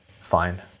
fine